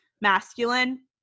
masculine